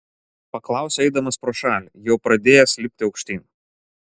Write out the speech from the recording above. paklausė eidamas pro šalį jau pradėjęs lipti aukštyn